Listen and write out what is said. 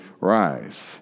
rise